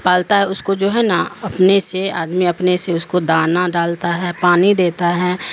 پالتا ہے اس کو جو ہے نا اپنے سے آدمی اپنے سے اس کو دانا ڈالتا ہے پانی دیتا ہے